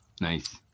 nice